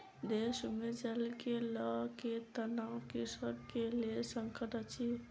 देश मे जल के लअ के तनाव कृषक के लेल संकट अछि